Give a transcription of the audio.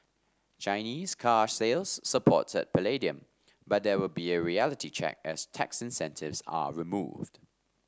Chinese car sales supported palladium but there will a reality check as tax incentives are removed